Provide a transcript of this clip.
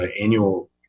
annual